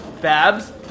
Babs